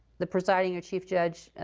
the presiding or chief judge